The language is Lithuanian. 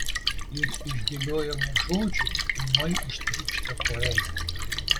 ir iš dėliojamų žodžių ūmai ištrykšta poezija